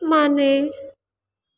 ಮನೆ